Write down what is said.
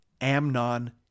Amnon